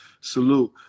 Salute